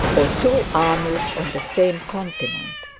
or two armies on the same continent.